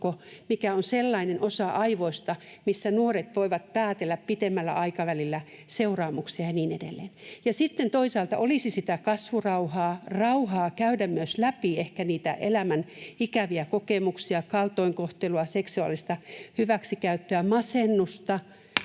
mikä on sellainen osa aivoista, missä nuoret voivat päätellä pitemmällä aikavälillä seuraamuksia ja niin edelleen. Ja sitten toisaalta olisi sitä kasvurauhaa, rauhaa käydä myös läpi ehkä niitä elämän ikäviä kokemuksia, kaltoinkohtelua, seksuaalista hyväksikäyttöä, masennusta,